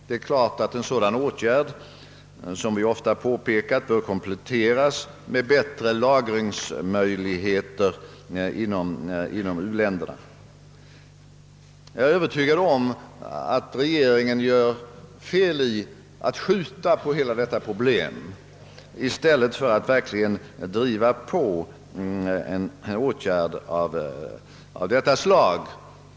Det är klart att en sådan åtgärd, som vi ofta påpekat, bör kompletteras med bättre lagringsmöjligheter inom u-länderna. Jag är övertygad om att regeringen gör fel i att skjuta på problemet i stället för att verkligen driva fram en åtgärd av detta slag.